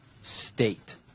State